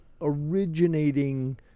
originating